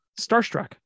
Starstruck